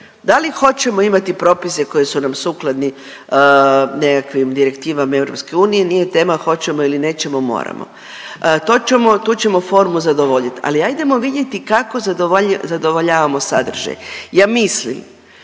Da li hoćemo imati propise koji su nam sukladni nekakvim direktivama EU, nije tema hoćemo ili nećemo, moramo. To ćemo, tu ćemo formu zadovoljiti, ali ajdemo vidjeti kako zadovoljavamo sadržaj. Ja mislim